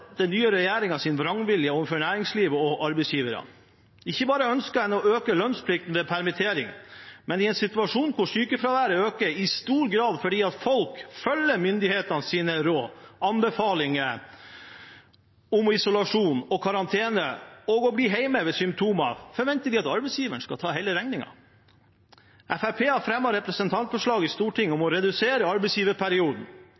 den nye regjeringens vrangvilje overfor næringslivet og arbeidsgiverne. Ikke bare ønsker en å øke lønnsplikten ved permittering, men i en situasjon hvor sykefraværet øker i stor grad fordi folk følger myndighetenes råd og anbefalinger om isolasjon og karantene og om å bli hjemme ved symptomer, forventer en at arbeidsgiveren skal ta hele regningen. Fremskrittspartiet har fremmet representantforslag i Stortinget om